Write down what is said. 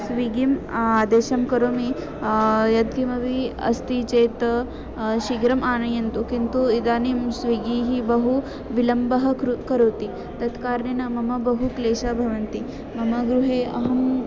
स्विगिम् आदेशं करोमि यत्किमपि अस्ति चेत् शीघ्रम् आनयन्तु किन्तु इदानीं स्विगीः बहु विलम्बं कृ करोति तत्कारणेन मम बहु क्लेशः भवति मम गृहे अहं